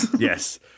Yes